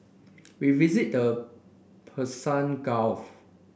we visited the Persian Gulf